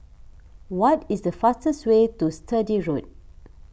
what is the fastest way to Sturdee Road